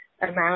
amount